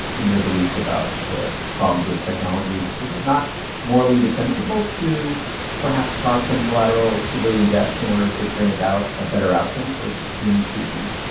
in your beliefs about the problems with technology, is it not morally defensible to perhaps cause some collateral civilian deaths in order to bring about a better outcome for the human species?